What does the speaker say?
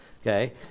Okay